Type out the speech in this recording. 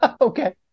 Okay